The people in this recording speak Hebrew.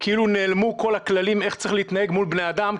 כאילו נעלמו כל הכללים איך צריכים להתנהג מול בני אדם,